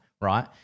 Right